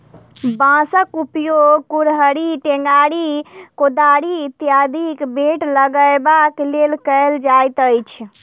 बाँसक उपयोग कुड़हड़ि, टेंगारी, कोदारि इत्यादिक बेंट लगयबाक लेल कयल जाइत अछि